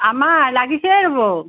আমাৰ লাগিছে ৰ'ব